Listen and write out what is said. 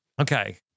Okay